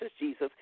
Jesus